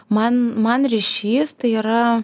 man man ryšys tai yra